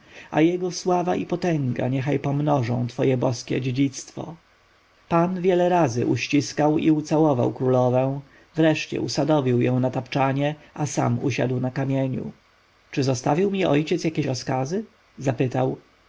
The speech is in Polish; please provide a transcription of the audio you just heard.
jego sława i potęga niech pomnożą twoje boskie dziedzictwo pan wiele razy uściskał i ucałował królowę wreszcie usadowił ją na tapczanie a sam usiałusiadł na kamieniu czy zostawił mi ojciec jakie rozkazy zapytał